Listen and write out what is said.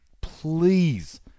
Please